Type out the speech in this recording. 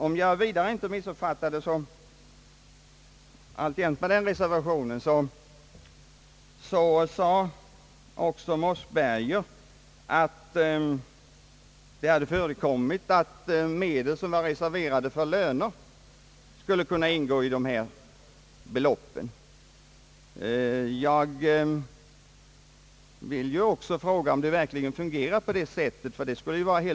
Herr Mossberger sade vidare, om jag inte missuppfattade honom, att det hade förekommit att medel som var reserverade för löner skulle kunna ingå i dessa belopp. Jag vill fråga om det verkligen fungerar på det sättet.